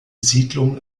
siedlung